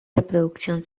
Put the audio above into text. reproducción